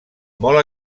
molt